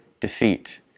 defeat